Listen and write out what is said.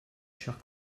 chers